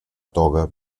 toga